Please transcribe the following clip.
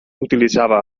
utilitzava